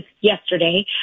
yesterday